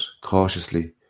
cautiously